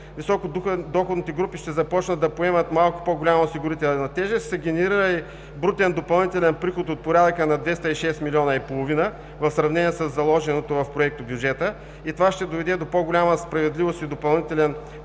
високодоходните групи ще започнат да поемат малко по-голяма осигурителна тежест, ще се генерира и брутен допълнителен приход от порядъка на 206,5 милиона в сравнение със заложеното в Проектобюджета. Това ще доведе до по-голяма справедливост и допълнителен